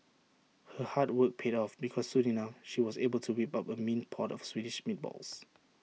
her hard work paid off because soon enough she was able to whip up A mean pot of Swedish meatballs